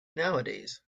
nowadays